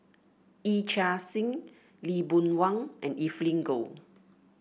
Yee Chia Hsing Lee Boon Wang and Evelyn Goh